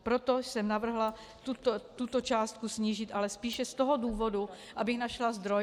Proto jsem navrhla tuto částku snížit, ale spíše z toho důvodu, abych našla zdroj.